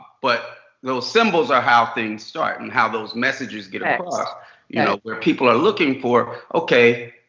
but those symbols are how things start and how those messages get ah across. you know where people are looking for okay.